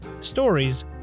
Stories